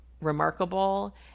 remarkable